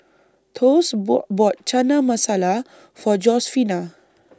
Thos bought bought Chana Masala For Josefina